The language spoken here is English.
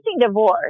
divorce